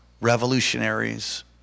revolutionaries